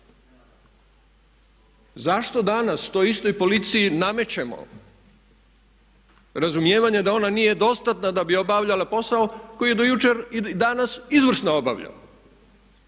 zašto danas toj istoj policiji namećemo razumijevanje da ona nije dostatna da bi obavljala posao koji je do jučer i danas izvrsno obavljala